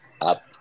up